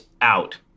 out